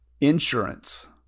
insurance